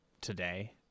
today